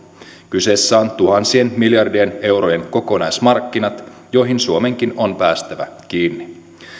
kyseessä on tuhansien miljardien eurojen kokonaismarkkinat joihin suomenkin on päästävä kiinni